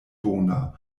bona